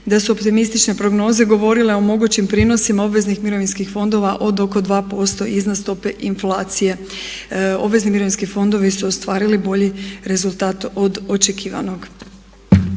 da su optimistične prognoze govorile o mogućim prinosima obveznih mirovinskih fondova od oko 2% iznos stope inflacije. Obvezni mirovinski fondovi su ostvarili bolji rezultat od očekivanog.